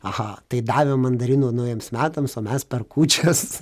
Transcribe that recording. aha tai davė mandarinų naujiems metams o mes per kūčias